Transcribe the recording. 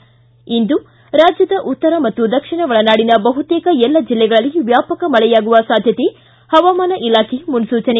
ಿ ಇಂದು ರಾಜ್ಯದ ಉತ್ತರ ಮತ್ತು ದಕ್ಷಿಣ ಒಳನಾಡಿನ ಬಹುತೇಕ ಎಲ್ಲ ಜಿಲ್ಲೆಗಳಲ್ಲಿ ವ್ಯಾಪಕ ಮಳೆಯಾಗುವ ಸಾಧ್ಯತೆ ಹವಾಮಾನ ಇಲಾಖೆ ಮುನ್ಸುಚನೆ